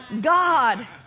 God